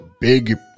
Big